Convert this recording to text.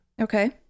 Okay